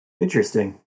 Interesting